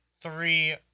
three